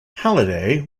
halliday